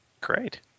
Great